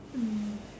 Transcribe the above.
mm